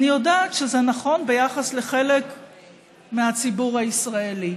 אני יודעת שזה נכון ביחס לחלק מהציבור הישראלי,